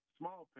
small